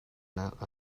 naak